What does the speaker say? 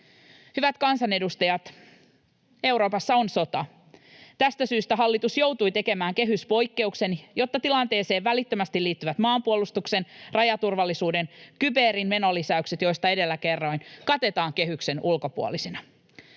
Hyvät kansanedustajat, Euroopassa on sota. Tästä syystä hallitus joutui tekemään kehyspoikkeuksen, jotta tilanteeseen välittömästi liittyvät maanpuolustuksen, rajaturvallisuuden ja kyberin menolisäykset, joista edellä kerroin, katetaan kehyksen ulkopuolisina.